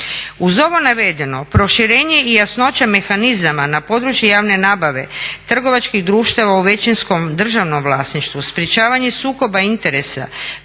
Uz ovo navedeno proširenje i jasnoća mehanizama na području javne nabave trgovačkih društava u većinskom državnom vlasništvu, sprječavanje sukoba interesa,